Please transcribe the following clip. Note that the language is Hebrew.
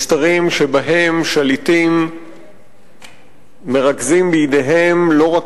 משטרים שבהם שליטים מרכזים בידיהם לא רק